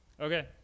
Okay